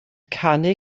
canu